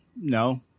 No